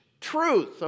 truth